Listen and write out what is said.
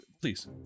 Please